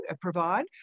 provide